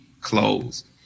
closed